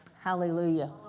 Hallelujah